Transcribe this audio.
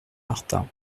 martin